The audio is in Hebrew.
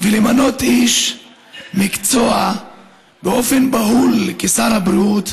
ולמנות איש מקצוע באופן בהול לשר הבריאות,